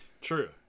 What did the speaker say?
True